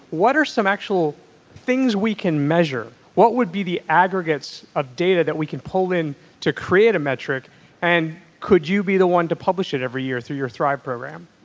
what are some actual things we can measure? what would be the aggregates of ah data that we can pull in to create a metric and could you be the one to publish it every year through your thrive program?